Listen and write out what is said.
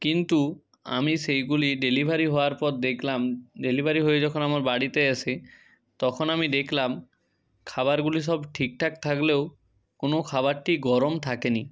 কিন্তু আমি সেইগুলি ডেলিভারি হওয়ার পর দেখলাম ডেলিভারি হয়ে যখন আমার বাড়িতে আসে তখন আমি দেখলাম খাবারগুলি সব ঠিকঠাক থাকলেও কোনো খাবারটি গরম থাকে নি